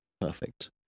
perfect